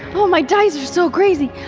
oh, my dice are just so crazy.